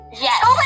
Yes